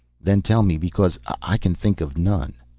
then tell me, because i can think of none.